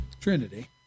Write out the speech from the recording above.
Trinity